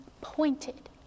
pointed